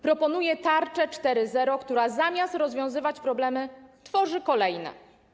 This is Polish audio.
Proponuje tarczę 4.0, która zamiast rozwiązywać problemy, tworzy kolejne.